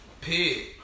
Pig